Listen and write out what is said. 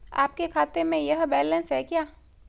आपके खाते में यह बैलेंस है क्या?